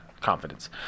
Confidence